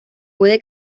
puede